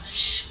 oh really